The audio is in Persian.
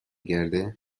گرده